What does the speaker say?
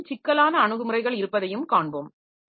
மிகவும் சிக்கலான அணுகுமுறைகள் இருப்பதையும் காண்போம்